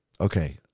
Okay